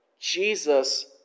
Jesus